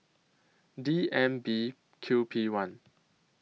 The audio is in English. D M B Q P one